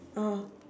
oh